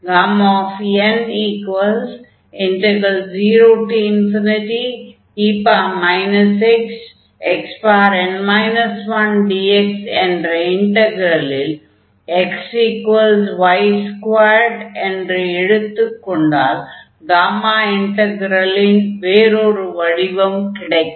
n0e xxn 1dx என்ற இன்டக்ரலில் xy2 என்று எடுத்துக் கொண்டால் காமா இன்டக்ரலின் வேறொரு வடிவம் கிடைக்கும்